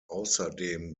außerdem